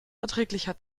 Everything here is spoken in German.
erträglicher